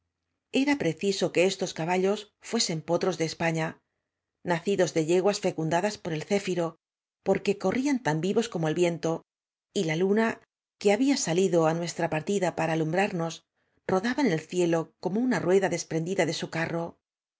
era preciso que estos caballos fuesen potros de españa nacidos de yeguas fecunda das por el céfiro porque corrían tan vivos como el viento y la luna que había salido i nuestra partida para alumbrarnos rodaba en el cielo como una rueda desprendida de su carro